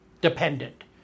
dependent